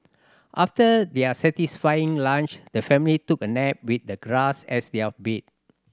after their satisfying lunch the family took a nap with the grass as their bed